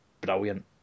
brilliant